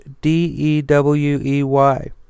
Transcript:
D-E-W-E-Y